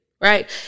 right